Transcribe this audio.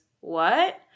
What